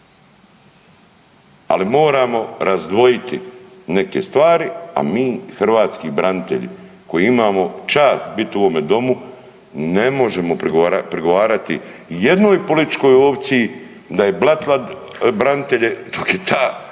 Ali moramo razdvojiti neke stvari, a mi hrvatski branitelji koji imamo čast biti u ovom domu ne možemo prigovarati jednoj političkoj opciji da je blatila branitelje dok je ta opcija